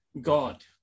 God